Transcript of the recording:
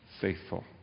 faithful